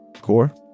core